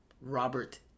Robert